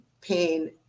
pain